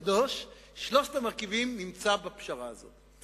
קדוש" שלושת המרכיבים נמצאים בפשרה הזאת.